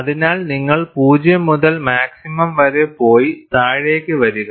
അതിനാൽ നിങ്ങൾ 0 മുതൽ മാക്സിമം വരെ പോയി താഴേക്ക് വരിക